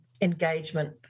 engagement